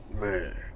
man